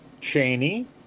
Cheney